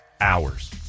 Hours